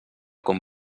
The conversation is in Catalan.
com